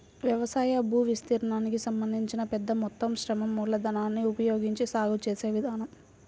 వ్యవసాయ భూవిస్తీర్ణానికి సంబంధించి పెద్ద మొత్తం శ్రమ మూలధనాన్ని ఉపయోగించి సాగు చేసే విధానం